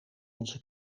onze